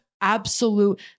absolute